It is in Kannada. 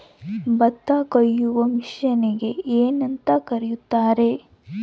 ಭತ್ತ ಕೊಯ್ಯುವ ಮಿಷನ್ನಿಗೆ ಏನಂತ ಕರೆಯುತ್ತಾರೆ?